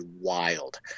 wild